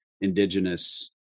indigenous